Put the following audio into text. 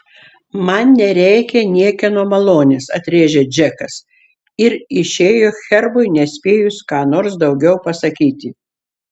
man nereikia niekieno malonės atrėžė džekas ir išėjo herbui nespėjus ką nors daugiau pasakyti